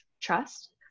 trust